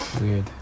Weird